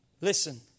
Listen